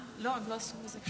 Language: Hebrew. לא, הם לא עשו עם זה כלום.